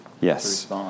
Yes